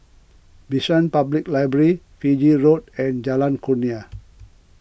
Bishan Public Library Fiji Road and Jalan Kurnia